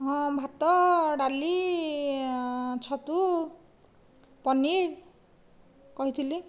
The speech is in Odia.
ହଁ ଭାତ ଡାଲି ଛତୁ ପନିର କହିଥିଲି